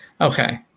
okay